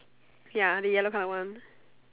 ya the yellow colour one